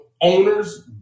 owners